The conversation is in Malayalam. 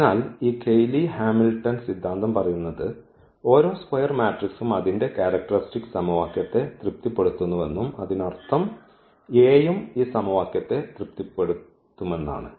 അതിനാൽ ഈ കെയ്ലി ഹാമിൽട്ടൺ സിദ്ധാന്തം പറയുന്നത് ഓരോ സ്ക്വയർ മാട്രിക്സും അതിന്റെ ക്യാരക്ടർസ്റ്റിക്സ് സമവാക്യത്തെ തൃപ്തിപ്പെടുത്തുന്നുവെന്നും അതിനർത്ഥം A യും ഈ സമവാക്യത്തെ തൃപ്തിപ്പെടുത്തുമെന്നാണ്